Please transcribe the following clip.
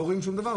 לא רואים שום דבר,